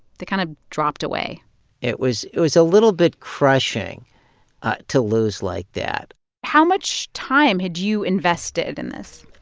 they kind of dropped away it was it was a little bit crushing to lose like that how much time had you invested in this?